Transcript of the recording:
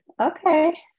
okay